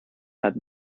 had